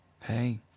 Hey